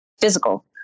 physical